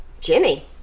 Jimmy